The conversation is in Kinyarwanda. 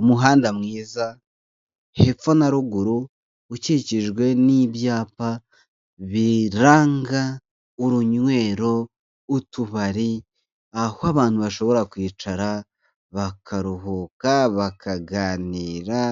Umuhanda mwiza hepfo na ruguru ukikijwe n'ibyapa biranga urunywero, utubari aho abantu bashobora kwicara bakaruhuka bakaganira